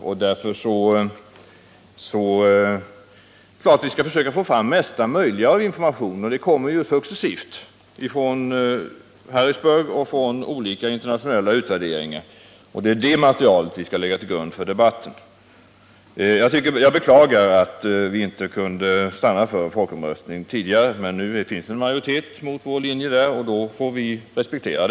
Det är klart att vi skall försöka få fram mesta möjliga information, och sådan kommer successivt från Harrisburg och från olika internationella utvärderingar. Det materialet skall vi lägga till grund för debatten. Jag beklagar att vi inte kunde besluta om en tidigareläggning av folkomröstningen, men den majoritet mot vår linje som finns måste vi respektera.